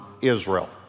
Israel